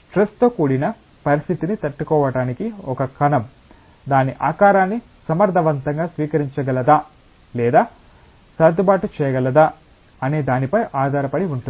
స్ట్రెస్తో కూడిన పరిస్థితిని తట్టుకోవటానికి ఒక కణం దాని ఆకారాన్ని సమర్థవంతంగా స్వీకరించగలదా లేదా సర్దుబాటు చేయగలదా అనే దానిపై ఆధారపడి ఉంటుంది